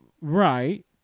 right